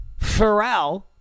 Pharrell